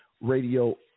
Radio